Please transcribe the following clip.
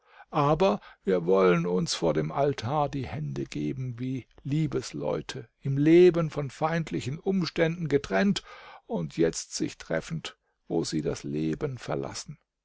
aber wir wollen uns vor dem altar die hände geben wie liebesleute im leben von feindlichen umständen getrennt und jetzt sich treffend wo sie das leben verlassen